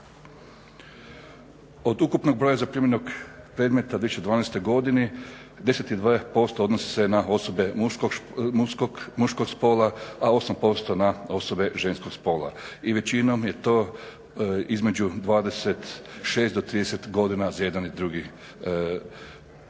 Od ukupnog broja zaprimljenih predmeta u 2012.godini … posto odnosi se na osobe muškog spola, a 8% na osobe ženskog spola i većinom je to između 26 do 30 godina za jedan i drugi spol.